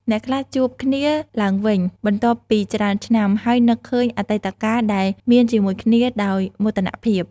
អ្នកខ្លះជួបគ្នាឡើងវិញបន្ទាប់ពីច្រើនឆ្នាំ ហើយនឹកឃើញអតីតកាលដែលមានជាមួយគ្នាដោយមោទនភាព។